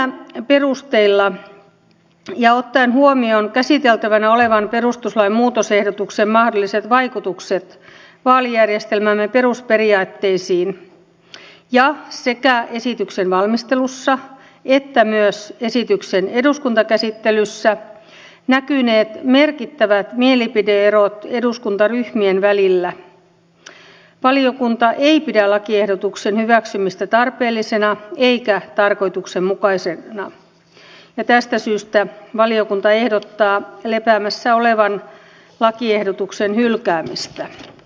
näillä perusteilla ja ottaen huomioon käsiteltävänä olevan perustuslain muutosehdotuksen mahdolliset vaikutukset vaalijärjestelmämme perusperiaatteisiin ja sekä esityksen valmistelussa että esityksen eduskuntakäsittelyssä näkyneet merkittävät mielipide erot eduskuntaryhmien välillä valiokunta ei pidä lakiehdotuksen hyväksymistä tarpeellisena eikä tarkoituksenmukaisena ja tästä syystä valiokunta ehdottaa lepäämässä olevan lakiehdotuksen hylkäämistä